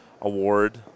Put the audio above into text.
award